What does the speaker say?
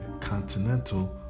continental